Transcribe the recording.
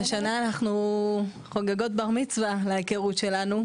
השנה אנחנו חוגגות בר מצווה להיכרות שלנו,